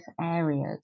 areas